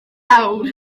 awr